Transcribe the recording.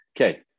Okay